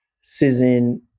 season